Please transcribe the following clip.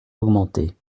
augmenter